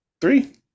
Three